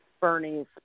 Bernie's